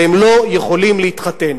והם לא יכולים להתחתן.